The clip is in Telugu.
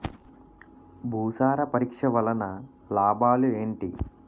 భూసార పరీక్ష వలన లాభాలు ఏంటి?